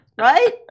right